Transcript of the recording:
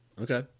okay